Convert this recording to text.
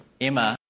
Emma